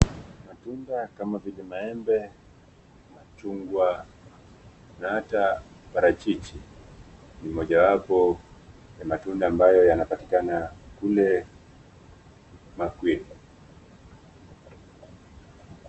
Matunda kama vile maembe, machungwa na hata parachichi ni mojawapo ya matunda ambayo yanapatikana kule makweku .